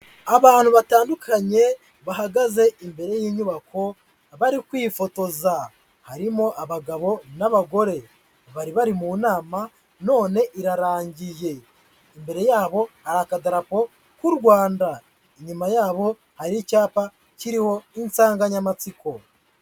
Abantu batandukanye bahagaze imbere y'inyubako bari kwifotoza; harimo abagabo n'abagore, bari bari mu nama none irarangiye. Imbere yabo hari akadarapo k'u Rwanda, inyuma yabo hari icyapa kiriho insanganyamatsiko.